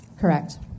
Correct